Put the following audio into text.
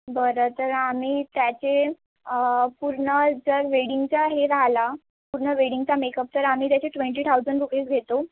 बरं तर आम्ही त्याचे पूर्ण जर वेडिंगच्या हे राहील पूर्ण वेडींगचा मेकप तर आम्ही त्याचे ट्वेंटी ठाउजंड रुपीज घेतो